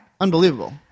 Unbelievable